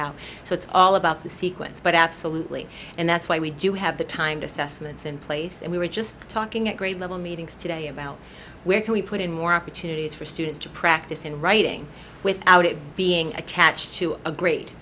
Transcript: out so it's all about the sequence but absolutely and that's why we do have the time to sestinas in place and we were just talking at grade level meetings today about where can we put in more opportunities for students to practice in writing without it being attached to a gr